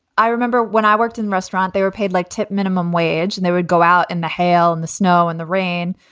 i remember when i worked in a restaurant, they were paid like tepp minimum wage and they would go out in the hail and the snow and the rain,